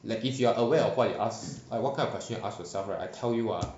like if you are aware of what you ask like what kind of question ask yourself right I tell you ah